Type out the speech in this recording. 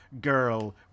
girl